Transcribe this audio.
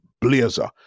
Blazer